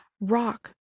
rock